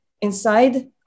inside